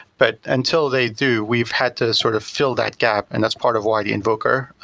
but until they do, we've had to sort of fill that gap and that's part of why the invoker,